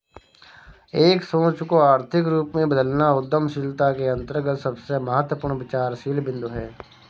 एक सोच को आर्थिक रूप में बदलना उद्यमशीलता के अंतर्गत सबसे महत्वपूर्ण विचारशील बिन्दु हैं